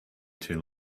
too